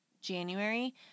January